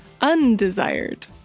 undesired